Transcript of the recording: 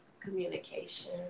Communication